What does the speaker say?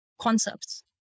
concepts